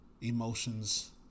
emotions